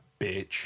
bitch